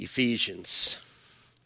Ephesians